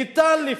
ניתן לפתור.